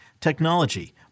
technology